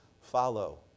follow